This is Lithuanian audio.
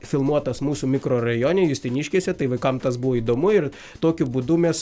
filmuotas mūsų mikrorajone justiniškėse tai vaikam tas buvo įdomu ir tokiu būdu mes